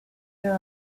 there